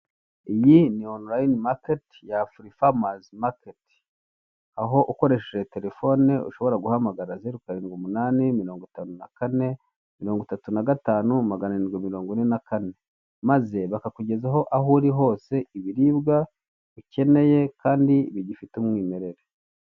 Iyi ni onurayine maketi ya afurifamazi maketi. Aho ukoresheje telefone ushobora guhamagara zeru karindwi umunani mirongo itanu na kane mirongo itatu n'agatanu magana arindwi mirongo ine n'akane maze bakakugezaho aho uri hose ibiribwa ukeneye kandi bigifite umwimerere.